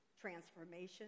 transformation